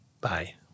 Bye